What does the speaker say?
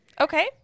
Okay